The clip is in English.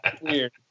Weird